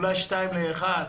אולי שניים לאחד,